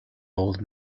old